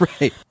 Right